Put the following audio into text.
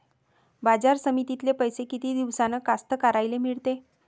बाजार समितीतले पैशे किती दिवसानं कास्तकाराइले मिळते?